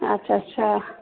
अच्छा अच्छा